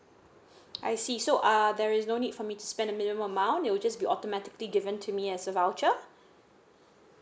I see so are there is no need for me to spend a minimum amount you'll just be automatically given to me as a voucher